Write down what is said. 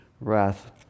wrath